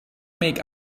make